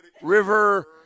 River